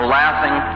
laughing